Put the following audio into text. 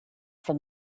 from